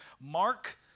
Mark